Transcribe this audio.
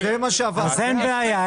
אז אין בעיה.